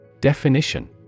Definition